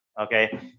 okay